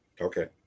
Okay